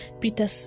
Peter